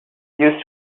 used